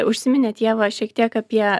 užsiminėt ieva šiek tiek apie